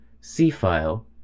C-File